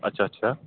ਅੱਛਾ ਅੱਛਾ